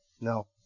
no